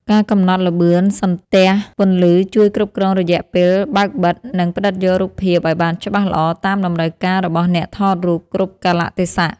ការកំណត់ល្បឿនសន្ទះពន្លឺជួយគ្រប់គ្រងរយៈពេលបើកបិទ និង ផ្ដិតយករូបភាពឱ្យបានច្បាស់ល្អតាមតម្រូវការរបស់អ្នកថតរូបគ្រប់កាលៈទេសៈ។